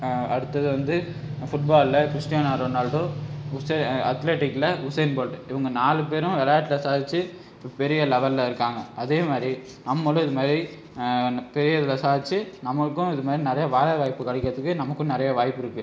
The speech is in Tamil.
அடுத்தது வந்து ஃபுட்பாலில் கிறிஸ்டியானா ரொனால்டோ உஸ்தே அத்லெட்டிக்கில் உசைன் போல்ட் இவங்க நாலு பேரும் விளையாட்ல சாதிச்சு இப்போ பெரிய லெவலில் இருக்காங்க அதே மாதிரி நம்மளும் இது மாதிரி பெரிய லெவலில் சாதிச்சு நம்மளுக்கும் இது மாதிரி நிறைய வேலை வாய்ப்பு கிடைக்கறதுக்கு நமக்கும் நிறைய வாய்ப்பிருக்கு